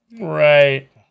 Right